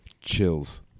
chills